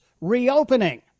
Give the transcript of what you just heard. reopening